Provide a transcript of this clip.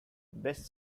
best